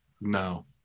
No